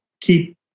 keep